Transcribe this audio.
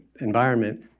environment